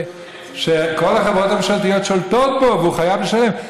שכל החברות הממשלתיות שולטות בו והוא חייב לשלם?